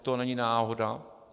To není náhoda.